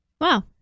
Wow